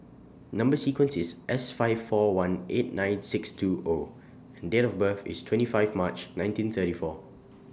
Number sequence IS S five four one eight nine six two O and Date of birth IS twenty five March nineteen thirty four